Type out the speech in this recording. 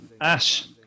Ash